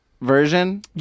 version